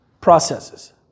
processes